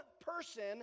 person